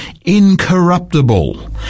incorruptible